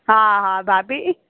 हा हा भाभी